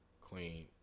Clean